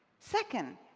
second,